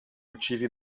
uccisi